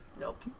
Nope